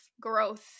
growth